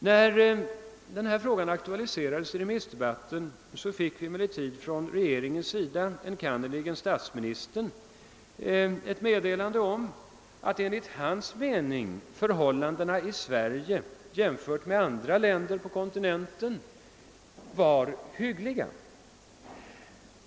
När denna fråga aktualiserades i remissdebatten fick vi emellertid från regeringens sida, enkannerligen statsministerns, ett meddelande om att enligt hans mening förhållandena i Sverige jämfört med förhållandena i andra länder på kontinenten var hyggliga.